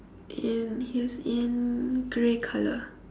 and he's in grey colour